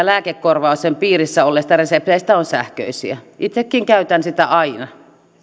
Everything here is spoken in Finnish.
lääkekorvauksen piirissä olleista resepteistä on sähköisiä itsekin käytän sitä aina